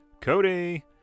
Cody